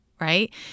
right